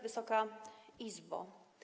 Wysoka Izbo!